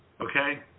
Okay